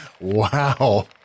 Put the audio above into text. Wow